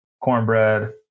cornbread